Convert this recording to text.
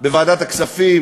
בוועדת הכספים,